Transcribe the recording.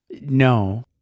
No